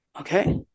Okay